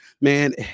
Man